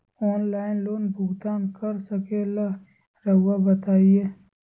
Online loan भुगतान कर सकेला राउआ बताई?